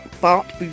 Bart